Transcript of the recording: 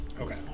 Okay